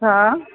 હા